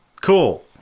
Cool